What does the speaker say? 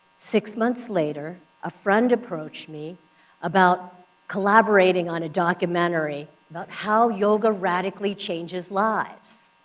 six months later, a friend approached me about collaborating on a documentary about how yoga radically changes lives.